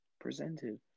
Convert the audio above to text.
presented